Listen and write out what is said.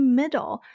middle